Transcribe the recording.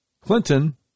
Clinton